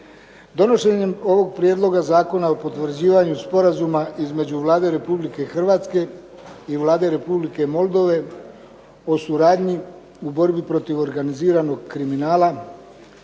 Donošenjem ovog Prijedloga zakona o potvrđivanju Sporazuma između Vlade Republike Hrvatske i Vlade Republike MOldove o suradnji u borbi protiv organiziranog kriminala,